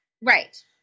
Right